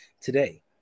today